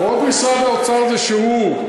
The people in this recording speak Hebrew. הוראות משרד האוצר זה שהוא,